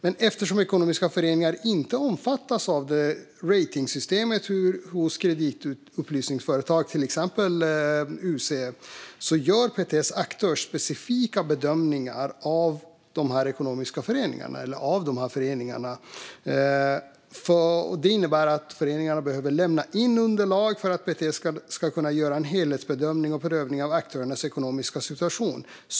Men eftersom ekonomiska föreningar inte omfattas av ratingsystemet hos kreditupplysningsföretag, till exempel UC, gör PTS aktörsspecifika bedömningar av dessa föreningar. Det innebär att föreningarna behöver lämna in underlag för att PTS ska kunna göra en helhetsbedömning och prövning av aktörernas ekonomiska situation.